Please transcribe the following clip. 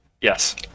Yes